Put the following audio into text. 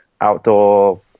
outdoor